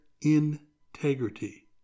integrity